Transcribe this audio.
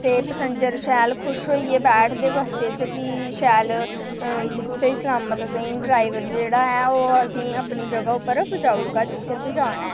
ते पसैंजर शैल खुश होइयै बैठदे बस्सै च कि शैल अ स्हेई सलामत असें इ ड्राइवर जेह्ड़ा ऐ ओह् असें ई अपनी जगह पर पजाई ओड़गा जित्थैं असें जाना ऐ